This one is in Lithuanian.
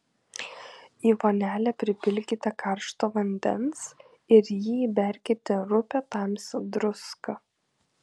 į vonelę pripilkite karšto vandens ir į jį įberkite rupią tamsią druską